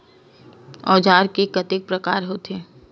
औजार के कतेक प्रकार होथे?